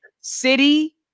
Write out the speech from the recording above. city